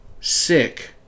sick